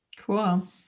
Cool